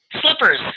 Slippers